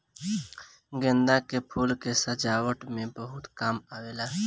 गेंदा के फूल के सजावट में बहुत काम आवेला